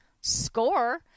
Score